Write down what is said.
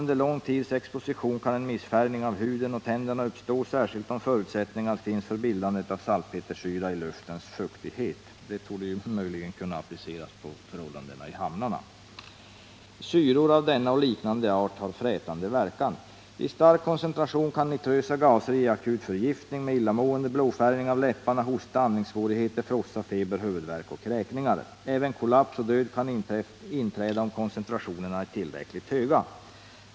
” Under lång tids exposition kan en missfärgning av huden och tänderna uppstå, särskilt om förutsättningar finns för bildande av salpetersyra i luftens fuktighet.” Det torde möjligen kunna appliceras på förhållandena i hamnarna. ”Syror av denna och liknande art har starkt frätande verkan. I stark koncentration kan nitrösa gaser ge en akut förgiftning med illamående, blåfärgning av läpparna, hosta, andningssvårigheter, frossa, feber, huvudvärk och kräkningar. Även kollaps och död kan inträda om koncentrationerna är tillräckligt höga.